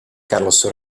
carlos